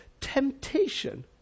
temptation